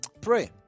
Pray